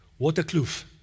Waterkloof